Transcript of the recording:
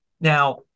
now